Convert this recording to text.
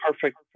perfect